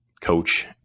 coach